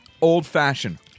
old-fashioned